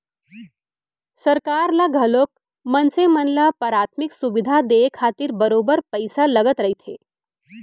सरकार ल घलोक मनसे मन ल पराथमिक सुबिधा देय खातिर बरोबर पइसा लगत रहिथे